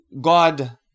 God